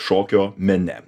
šokio mene